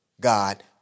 God